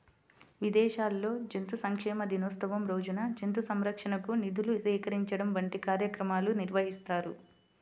విదేశాల్లో జంతు సంక్షేమ దినోత్సవం రోజున జంతు సంరక్షణకు నిధులు సేకరించడం వంటి కార్యక్రమాలు నిర్వహిస్తారు